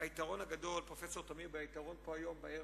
היתרון הגדול, פרופסור תמיר, בערב הזה,